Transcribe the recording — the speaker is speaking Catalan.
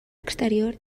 exterior